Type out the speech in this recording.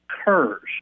occurs